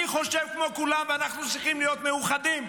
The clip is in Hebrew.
אני חושב כמו כולם, ואנחנו צריכים להיות מאוחדים.